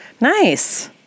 Nice